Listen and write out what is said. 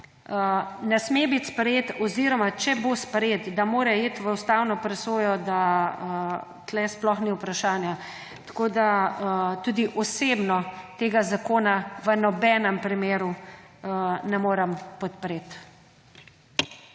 ne sme biti sprejet; oziroma če bo sprejet, da mora iti v ustavno presojo, da tu sploh ni vprašanja. Tudi osebno tega zakona v nobenem primeru ne morem podpreti.